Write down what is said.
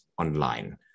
online